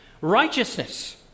righteousness